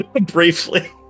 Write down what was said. briefly